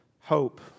hope